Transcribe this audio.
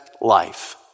life